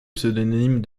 pseudonyme